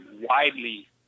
widely